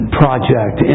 project